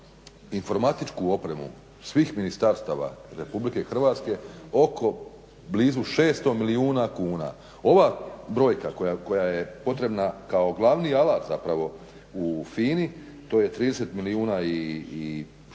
informatičku opremu svih ministarstava Republike Hrvatske oko blizu 600 milijuna kuna. Ovaj brojka koja je potrebna kao glavni alat zapravo u FINA-i to je 30 milijuna i 854